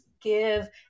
give